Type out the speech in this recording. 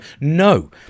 no